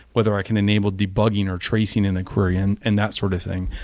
whether i can enable debugging or tracing in a query and and that sort of thing,